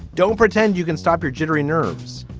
don't pretend you can stop your jittery nerves.